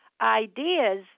ideas